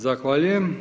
Zahvaljujem.